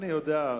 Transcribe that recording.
אני יודע?